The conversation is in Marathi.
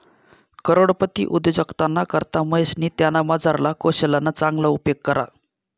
करोडपती उद्योजकताना करता महेशनी त्यानामझारला कोशल्यना चांगला उपेग करा